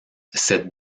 cette